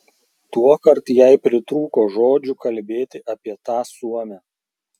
tuokart jai pritrūko žodžių kalbėti apie tą suomę